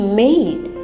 made